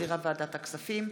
שהחזירה ועדת הכספים.